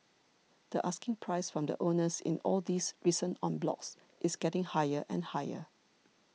the asking price from the owners in all these recent en blocs is getting higher and higher